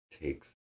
takes